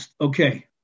okay